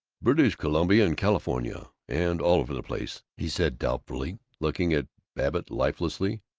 british columbia and california and all over the place, he said doubtfully, looking at babbitt lifelessly.